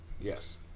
Yes